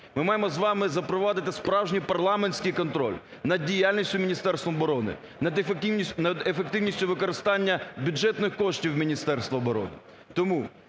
Ми маємо з вами запровадити справжній парламентський контроль над діяльністю Міністерства оборони, над ефективністю використання бюджетних коштів у Міністерства оборони.